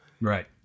Right